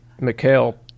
Mikhail –